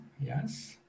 yes